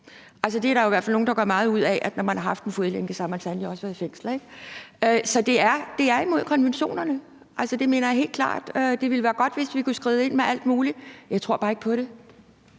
og der er i hvert fald også nogle, der gør meget ud af, at man, når man har haft en fodlænke, så sandelig også har været i fængsel. Så det er imod konventionerne. Det mener jeg helt klart, og det ville være godt, hvis vi kunne skride ind med alt muligt. Men jeg tror bare ikke på det.